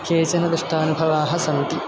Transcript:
केचन दुष्टानुभवाः सन्ति